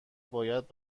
باید